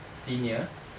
senior